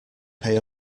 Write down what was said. pay